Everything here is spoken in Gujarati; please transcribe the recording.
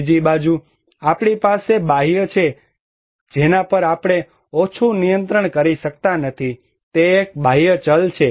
બીજી બાજુ આપણી પાસે બાહ્ય એક છે જેના પર આપણે ઓછું નિયંત્રણ કરી શકતા નથી તે એક બાહ્ય ચલ છે